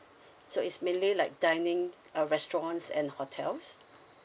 so it's mainly like dining uh restaurants and hotels